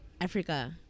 Africa